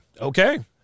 Okay